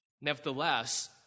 nevertheless